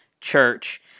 church